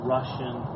Russian